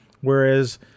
Whereas